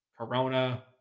Corona